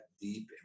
deep